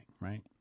Right